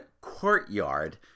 courtyard